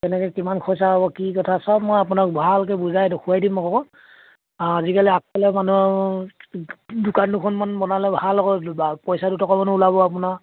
তেনেকৈ কিমান খৰচ হ'ব কি কথা সব মই আপোনাক ভালকৈ বুজাই দেখুৱাই দিম আকৌ আজিকালি আগফালে মানুহৰ দোকান দুখনমান বনালে ভাল আকৌ পইচা দুটকামান ওলাব আপোনাৰ